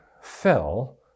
fell